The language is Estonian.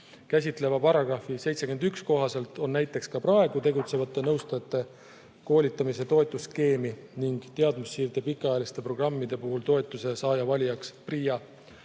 käsitleva § 71 kohaselt on ka praegu tegutsevate nõustajate koolitamise toetusskeemi ning teadmussiirde pikaajaliste programmide puhul toetuse saaja valijaks PRIA.